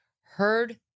heard